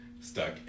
stuck